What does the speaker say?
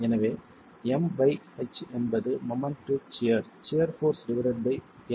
எனவே M by H என்பது moment to shear shear force divided by l